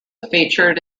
featured